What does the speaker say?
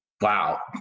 wow